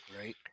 Right